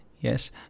Yes